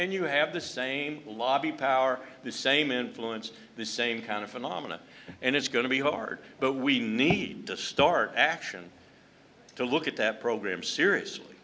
and you have the same lobby power the same influence the same kind of phenomena and it's going to be hard but we need to start action to look at that program seriously